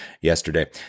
yesterday